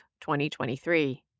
2023